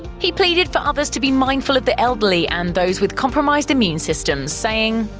he pleaded for others to be mindful of the elderly and those with compromised immune systems, saying,